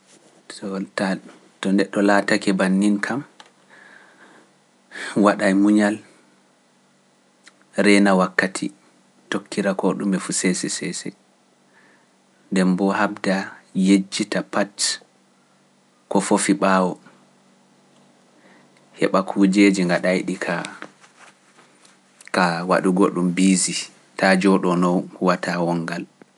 So taa to neɗɗo laatake bannin kam waɗa e muñal reena wakkati tokkira ko ɗum e fuu sese sese nde mbo habda yejjita pat ko foofi ɓaawo heeɓa kujjeji gaɗa e ɗi ka ka waɗugo ɗum bisi ta jooɗono watawongal